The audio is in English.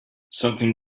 something